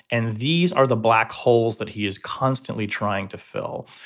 and these are the black holes that he is constantly trying to fill.